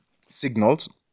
signals